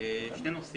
העשרים